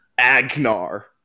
Agnar